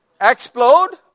explode